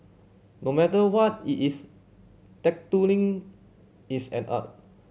no matter what it is tattooing is an art